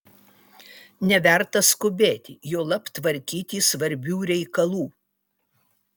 neverta skubėti juolab tvarkyti svarbių reikalų